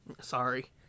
Sorry